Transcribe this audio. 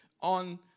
on